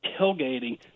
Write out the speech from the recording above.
tailgating